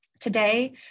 Today